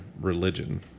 religion